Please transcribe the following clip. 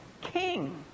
King